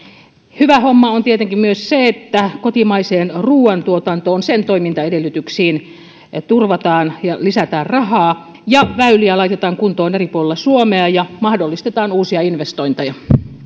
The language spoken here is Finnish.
hyvä homma on tietenkin myös se että kotimaisen ruuantuotannon toimintaedellytyksiä turvataan ja siihen lisätään rahaa ja väyliä laitetaan kuntoon eri puolilla suomea ja mahdollistetaan uusia investointeja